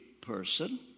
person